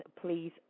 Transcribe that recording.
please